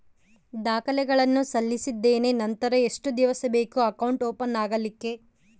ದಾಖಲೆಗಳನ್ನು ಸಲ್ಲಿಸಿದ್ದೇನೆ ನಂತರ ಎಷ್ಟು ದಿವಸ ಬೇಕು ಅಕೌಂಟ್ ಓಪನ್ ಆಗಲಿಕ್ಕೆ?